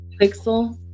Pixel